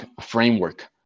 framework